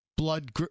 Blood